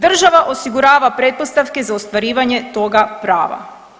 Država osigurava pretpostavke za ostvarivanje toga prava.